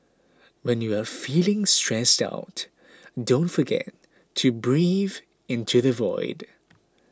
when you are feeling stressed out don't forget to breathe into the void